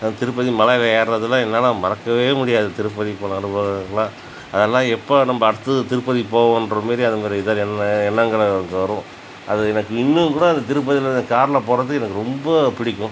திருப்பதி மலையில் ஏறுகிறதுலாம் என்னால் மறக்கவே முடியாது திருப்பதி போன அனுபவங்களெலாம் அதெலாம் எப்போ நம்ம அடுத்தது திருப்பதி போவோம்கிற மாரி அது ஒரு இதை என்ன எண்ணங்கள் நமக்கு வரும் அது எனக்கு இன்னும்கூட அந்த திருப்பதியில் காரில் போவது எனக்கு ரொம்ப பிடிக்கும்